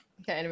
okay